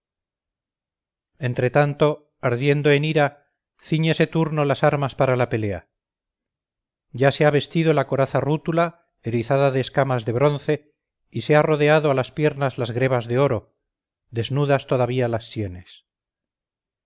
entre tanto ardiendo en ira cíñese turno las armas para la pelea ya se ha vestido la coraza rútula erizada de escamas de bronce y se ha rodeado a las piernas las grebas de oro desnudas todavía las sienes